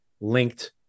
linked